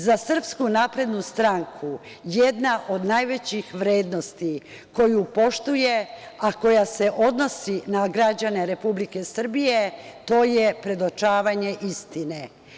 Za SNS jedna od najvećih vrednosti koju poštuje, a koja se odnosi na građane Republike Srbije, to je predočavanje istine.